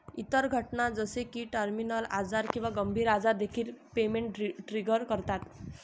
इतर घटना जसे की टर्मिनल आजार किंवा गंभीर आजार देखील पेमेंट ट्रिगर करतात